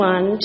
One